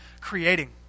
creating